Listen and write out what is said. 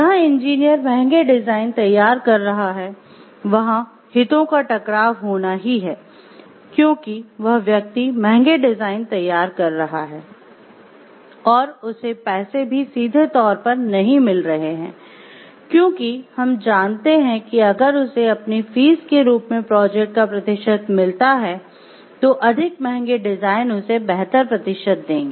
जहां इंजीनियर महंगे डिजाइन तैयार कर रहा है वहाँ हितों का टकराव होना ही है क्योंकि वह व्यक्ति महंगे डिजाइन तैयार कर रहा है और उसे पैसे भी सीधे तौर पर नहीं मिल रहे हैं क्योंकि हम जानते हैं कि अगर उसे अपनी फीस के रूप में प्रोजेक्ट का प्रतिशत मिलता है तो अधिक महंगे डिजाइन उसे बेहतर प्रतिशत देते